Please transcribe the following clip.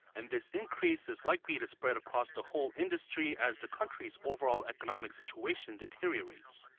and this increase is likely to spread across the whole industry as the country's overall economic situation deteriorates